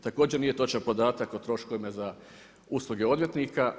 Također nije točan podatak o troškovima za usluge odvjetnika.